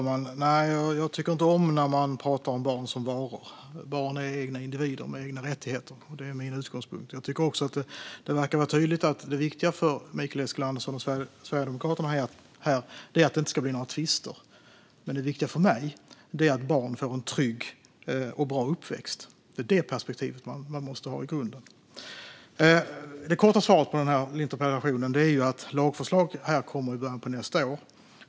Fru talman! Jag tycker inte om att man pratar om barn som varor. Barn är individer med egna rättigheter. Det är min utgångspunkt. Jag tycker också att det är tydligt att det viktiga för Mikael Eskilandersson och Sverigedemokraterna är att det inte ska bli några tvister. Det viktiga för mig är i stället att barn får en trygg och bra uppväxt. Det är det perspektivet man måste ha i grunden. Det korta svaret på interpellationen är att lagförslag kommer i början av nästa år.